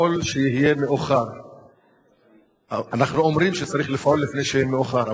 אנחנו אומרים שצריך לפעול לפני שיהיה מאוחר,